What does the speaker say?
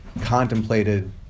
contemplated